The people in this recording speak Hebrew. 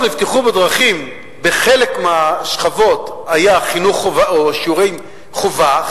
לבטיחות בדרכים בחלק מהשכבות היה שיעורי חובה,